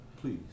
Please